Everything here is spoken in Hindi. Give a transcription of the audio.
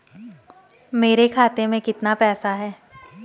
मेरे खाते में कितना पैसा है?